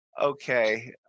Okay